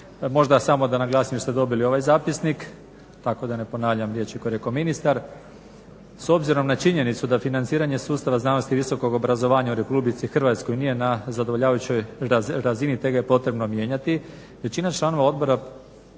Možda samo da naglasim, da ste dobili ovaj zapisnik, tako da ne ponavljam riječi koje je rekao ministar. S obzirom na činjenicu da financiranje sustava znanosti i visokog obrazovanja u Republici Hrvatskoj nije na zadovoljavajućoj razini, te ga je potrebno mijenjati. Većina članova odbora